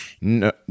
No